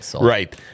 Right